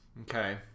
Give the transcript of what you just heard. okay